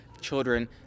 children